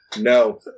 no